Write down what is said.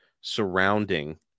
surrounding